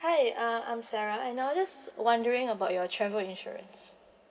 hi uh I'm sarah and I was just wondering about your travel insurance